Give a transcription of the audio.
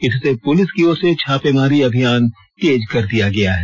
इससे पुलिस की ओर से छापामारी अभियान तेज कर दिया गया है